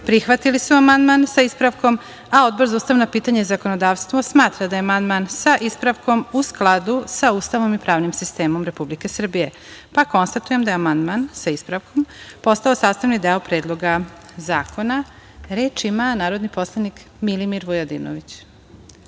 prihvatili su amandman, sa ispravkom, a Odbor za ustavna pitanja i zakonodavstvo smatra da je amandman, sa ispravkom, u skladu sa Ustavom i pravnim sistemom Republike Srbije, pa konstatujem da je amandman, sa ispravkom, postao sastavni deo Predloga zakona. Reč ima narodni poslanik Milimir Vujadinović.